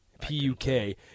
P-U-K